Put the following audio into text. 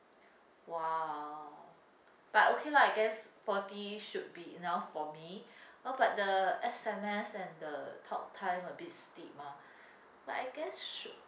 !wah! but okay lah I guess forty should be enough for me uh but the S_M_S and the talk time a bit steep ah but I guess should